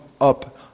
up